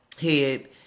head